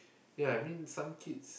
ya I mean some kids